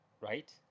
right